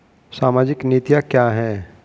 सामाजिक नीतियाँ क्या हैं?